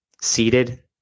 seated